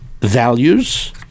Values